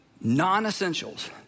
Non-essentials